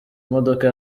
imodoka